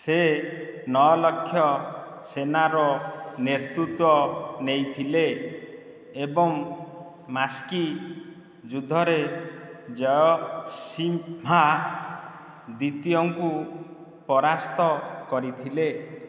ସେ ନଅ ଲକ୍ଷ ସେନାର ନେତୃତ୍ୱ ନେଇଥିଲେ ଏବଂ ମାସ୍କି ଯୁଦ୍ଧରେ ଜୟସିମ୍ହା ଦ୍ୱିତୀୟଙ୍କୁ ପରାସ୍ତ କରିଥିଲେ